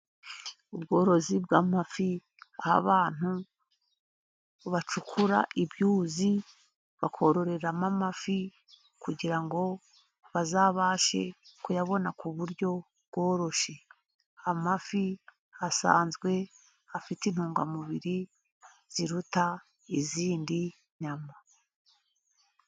Ubworozi bw'amafi aho abantu bacukura ibyuzi bakororeramo amafi kugira ngo bazabashe kuyabona ku buryo bworoshye, amafi asanzwe afite intungamubiri ziruta izindi nyama.